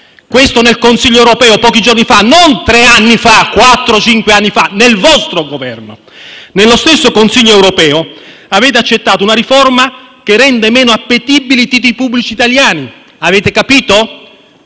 avvenuto nel Consiglio europeo di pochi giorni fa e non tre, quattro o cinque anni fa; è accaduto nel vostro Governo. Nello stesso Consiglio europeo avete accettato una riforma che rende meno appetibili i titoli pubblici italiani. Avete capito?